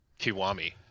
Kiwami